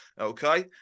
okay